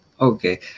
Okay